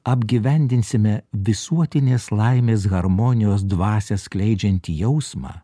apgyvendinsime visuotinės laimės harmonijos dvasią skleidžiantį jausmą